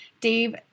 Dave